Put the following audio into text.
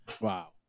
Wow